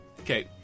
Okay